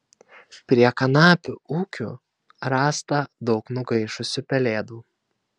prie kanapių ūkių rasta daug nugaišusių pelėdų